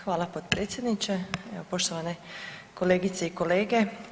Hvala potpredsjedniče, poštovane kolegice i kolege.